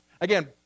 Again